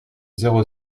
zéro